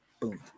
Boom